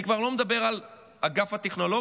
אני כבר לא מדבר על אגף הטכנולוגיה,